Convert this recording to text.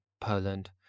Poland